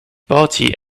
party